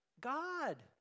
God